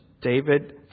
David